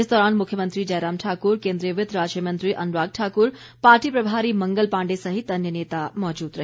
इस दौरान मुख्यमंत्री जयराम ठाकुर केन्द्रीय वित्त राज्य मंत्री अनुराग ठाकुर पार्टी प्रभारी मंगल पांडे सहित अन्य नेता मौजूद रहे